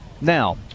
Now